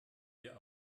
wir